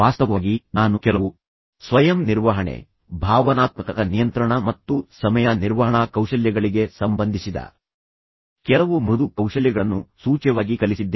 ವಾಸ್ತವವಾಗಿ ನಾನು ಕೆಲವು ಸ್ವಯಂ ನಿರ್ವಹಣೆ ಭಾವನಾತ್ಮಕ ನಿಯಂತ್ರಣ ಮತ್ತು ಸಮಯ ನಿರ್ವಹಣಾ ಕೌಶಲ್ಯಗಳಿಗೆ ಸಂಬಂಧಿಸಿದ ಕೆಲವು ಮೃದು ಕೌಶಲ್ಯಗಳನ್ನು ಸೂಚ್ಯವಾಗಿ ಕಲಿಸಿದ್ದೇನೆ